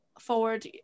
forward